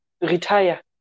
retire